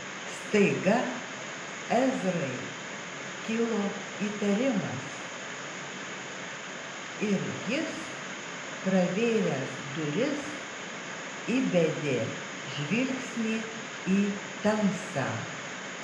staiga ezrai kilo įtarimas ir jis pravėręs duris įbedė žvilgsnį į tamsą